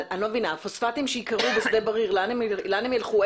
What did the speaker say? פוספטים שייכרו בשדה בריר לאן ילכו,